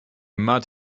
mud